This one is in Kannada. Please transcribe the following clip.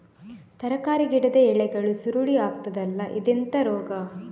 ತರಕಾರಿ ಗಿಡದ ಎಲೆಗಳು ಸುರುಳಿ ಆಗ್ತದಲ್ಲ, ಇದೆಂತ ರೋಗ?